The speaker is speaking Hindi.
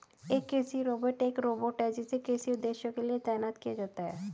एक कृषि रोबोट एक रोबोट है जिसे कृषि उद्देश्यों के लिए तैनात किया जाता है